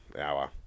hour